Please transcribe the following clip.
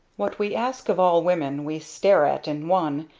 what we ask of all women, we stare at in one,